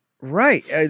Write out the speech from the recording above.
Right